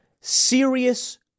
serious